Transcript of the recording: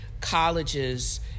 College's